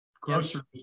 groceries